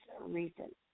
reason